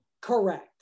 Correct